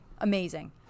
Amazing